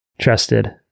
trusted